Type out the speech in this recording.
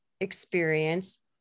experience